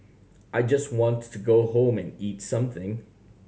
I just want to go home and eat something